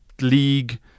league